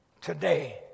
today